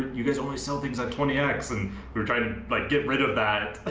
you guys only sell things at twenty x. and we were trying to like get rid of that, ah